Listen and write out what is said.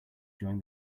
join